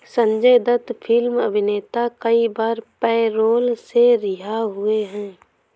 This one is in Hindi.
संजय दत्त फिल्म अभिनेता कई बार पैरोल से रिहा हुए हैं